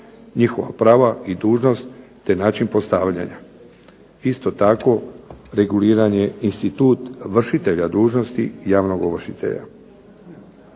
njihova dužnost, te način postavljanja. Isto tako reguliranje institut vršitelja dužnosti javnog ovršitelja.